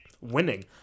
winning